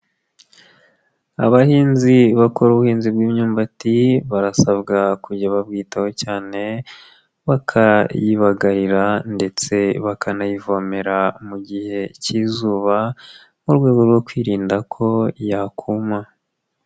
Abahinzi bakora ubuhinzi bw'imyumbati, barasabwa kujya babwitaho cyane, bakayibagarira ndetse bakanayivomera mu gihe k'izuba, mu rwego rwo kwirinda ko yakuma.